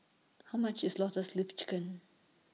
How much IS Lotus Leaf Chicken